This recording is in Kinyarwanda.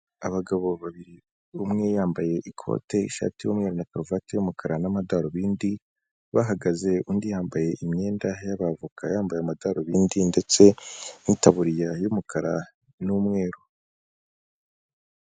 Abagabo babiri umwe yambaye ikote, ishati y'umweru na karuvati y'umukara n'amadarubindi bahagaze undi yambaye imyenda y'abavoka yambaye amadarubindi ndetse n'itaburiya y'umukara n'umweru.